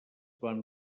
van